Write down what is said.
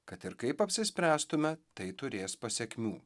kad ir kaip apsispręstume tai turės pasekmių